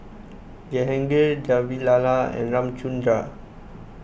Jehangirr Vavilala and Ramchundra